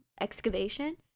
excavation